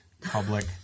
public